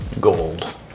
gold